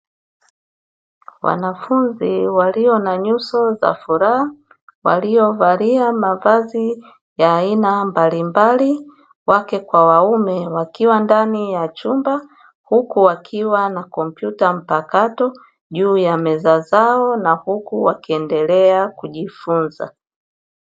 Wanafunzi walio na nyuso za furaha, waliovalia mavazi ya aina mbalimbali wake kwa waume, wakiwa ndani ya chumba huku wakiwa na kompyuta mpakato, juu ya meza zao na huku wakiendelea kujifunza.